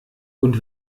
und